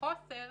החוסר